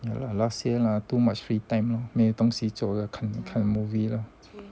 ya lah last year lah too much free time lor 没有东西做看看 movie lah